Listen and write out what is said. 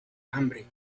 hambre